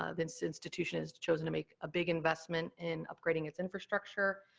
ah this institution has chosen to make a big investment in upgrading its infrastructure,